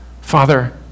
Father